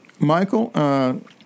Michael